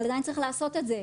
אבל עדיין צריך לעשות את זה.